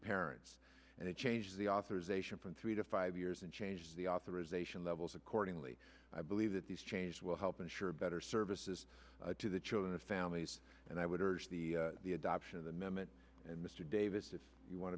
parents and it changes the authorisation from three to five years and change the authorization levels accordingly i believe that these changes will help ensure better services to the children and families and i would urge the adoption of the memmott and mr davis if you want